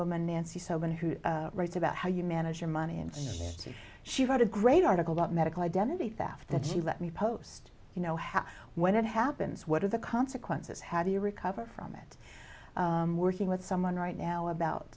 woman nancy so one who writes about how you manage your money and she wrote a great article about medical identity theft that she let me post you know how when it happens what are the consequences how do you recover from it working with someone right now about